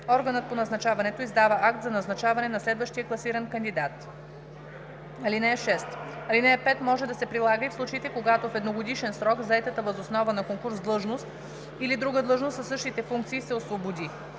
органът по назначаването издава акт за назначаване на следващия класиран кандидат. (6) Алинея 5 може да се прилага и в случаите, когато в едногодишен срок заетата въз основа на конкурс длъжност или друга длъжност със същите функции се освободи.“